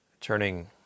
turning